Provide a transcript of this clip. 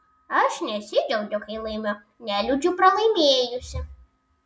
aš nesidžiaugiu kai laimiu neliūdžiu pralaimėjusi